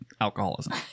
alcoholism